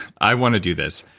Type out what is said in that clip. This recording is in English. i want to do this.